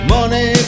Money